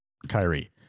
Kyrie